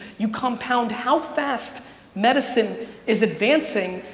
you compound how fast medicine is advancing,